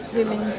women